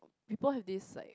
people have this like